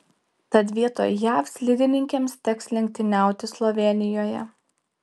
tad vietoj jav slidininkėms teks lenktyniauti slovėnijoje